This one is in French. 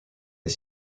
est